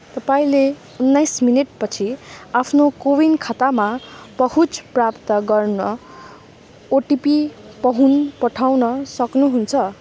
तपाईँले उन्नाइस मिनट पछि आफ्नो को विन खातामा पहुँच प्राप्त गर्न ओटिपी पहुन् पठाउन सक्नुहुन्छ